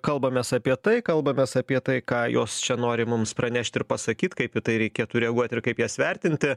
kalbamės apie tai kalbamės apie tai ką jos čia nori mums pranešt ir pasakyt kaip į tai reikėtų reaguot ir kaip jas vertinti